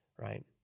Right